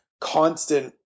constant